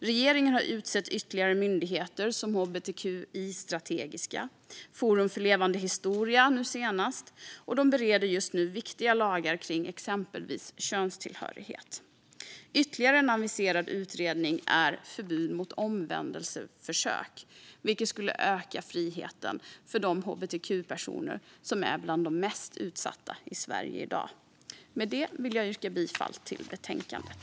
Regeringen har utsett ytterligare myndigheter som hbtqi-strategiska - nu senast Forum för levande historia - och den bereder just nu viktiga lagar kring exempelvis könstillhörighet. Ytterligare en aviserad utredning gäller förbud mot omvändelseförsök, vilket skulle öka friheten för de hbtqi-personer som är bland de mest utsatta i Sverige i dag. Jag yrkar bifall till utskottets förslag i betänkandet.